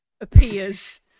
appears